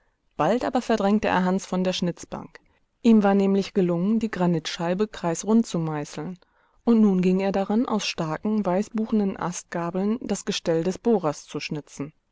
bald aber verdrängte er hans von der schnitzbank ihm war nämlich gelungen die granitscheibe kreisrund zu meißeln und nun ging er daran aus starken weißbuchenen astgabeln das gestell des bohrers zu schnitzen